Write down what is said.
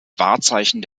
wahrzeichen